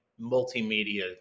multimedia